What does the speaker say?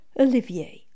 Olivier